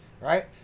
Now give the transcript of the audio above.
right